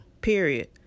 period